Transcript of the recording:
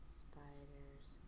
spiders